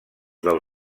del